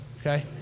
okay